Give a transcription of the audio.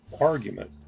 argument